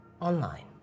online